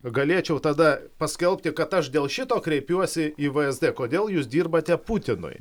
galėčiau tada paskelbti kad aš dėl šito kreipiuosi į vsd kodėl jūs dirbate putinui